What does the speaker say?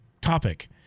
topic